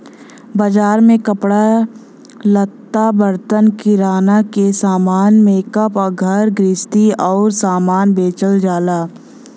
बाजार में कपड़ा लत्ता, बर्तन, किराना के सामान, मेकअप, घर गृहस्ती आउर सामान बेचल जाला